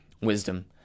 wisdom